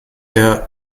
der